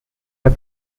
are